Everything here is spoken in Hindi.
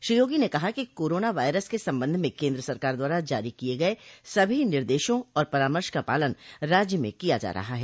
श्री योगी ने कहा कि कोरोना वायरस के संबंध में केन्द्र सरकार द्वारा जारी किये गये सभी निर्देशों और परामर्श का पालन राज्य में किया जा रहा है